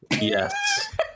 Yes